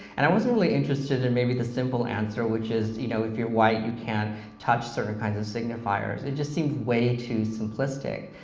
and i wasn't really interested in maybe the simple answer, which is you know if you're white, you can't touch certain kinds of signifiers. it just seemed way too simplistic.